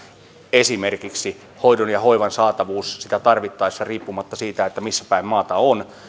esimerkiksi hoidon ja hoivan saatavuus sitä tarvittaessa on hyvä riippumatta siitä missä päin maata on